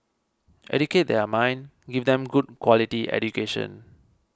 educate their mind give them good quality education